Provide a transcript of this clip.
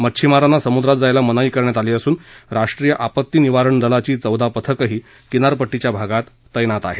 मच्छिमारांना समुद्रात जायला मनाई करण्यात आली असून राष्ट्रीय आपत्ती निवारण दलाची चौदा पथकंही किनारपट्टीच्या भागात तस्तित करण्यात आली आहेत